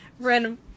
Random